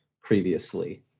previously